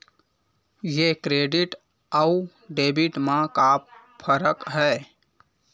ये क्रेडिट आऊ डेबिट मा का फरक है?